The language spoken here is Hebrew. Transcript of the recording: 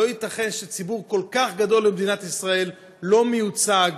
לא ייתכן שציבור כל כך גדול במדינת ישראל לא מיוצג,